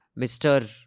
Mr